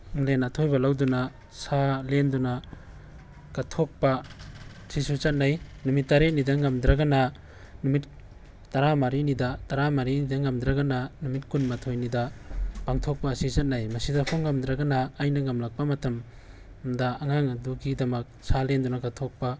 ꯃꯤꯡꯂꯦꯟ ꯑꯊꯣꯏꯕ ꯂꯧꯗꯨꯅ ꯁꯥ ꯂꯦꯟꯗꯨꯅ ꯀꯠꯊꯣꯛꯄ ꯁꯤꯁꯨ ꯆꯠꯅꯩ ꯅꯨꯃꯤꯠ ꯇꯔꯦꯠꯅꯤꯗ ꯉꯝꯗ꯭ꯔꯒꯅ ꯅꯨꯃꯤꯠ ꯇꯔꯥꯃꯔꯤꯅꯤꯗ ꯇꯔꯥꯃꯔꯤꯅꯤꯗ ꯉꯝꯗ꯭ꯔꯒꯅ ꯅꯨꯃꯤꯠ ꯀꯨꯟꯃꯥꯊꯣꯏꯅꯤꯗ ꯄꯥꯡꯊꯣꯛꯄ ꯑꯁꯤ ꯆꯠꯅꯩ ꯃꯁꯤꯗ ꯐꯥꯎ ꯉꯝꯗ꯭ꯔꯒꯅ ꯑꯩꯅ ꯉꯝꯂꯛꯄ ꯃꯇꯝꯗ ꯑꯉꯥꯡ ꯑꯗꯨꯒꯤꯗꯃꯛ ꯁꯥ ꯂꯦꯟꯗꯨꯅ ꯀꯠꯊꯣꯛꯄ